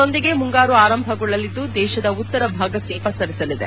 ಇದರೊಂದಿಗೆ ಮುಂಗಾರು ಆರಂಭಗೊಳ್ಳಲಿದ್ದು ದೇಶದ ಉತ್ತರ ಭಾಗಕ್ಕೆ ಪಸರಿಸಲಿದೆ